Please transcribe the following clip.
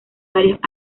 varios